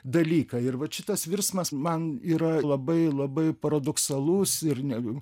dalyką ir vat šitas virsmas man yra labai labai paradoksalus ir negu